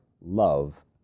love